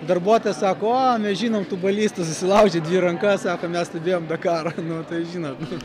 darbuotojas sako o mes žinom tu balys tu susilaužei dvi rankas sako mes stebėjom dakarą nu tai žinot